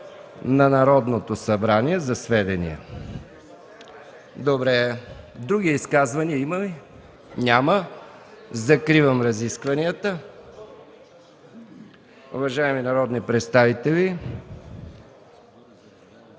на Народното събрание, за сведение. Има ли други изказвания? Няма. Закривам разискванията. Уважаеми народни представители,